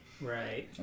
Right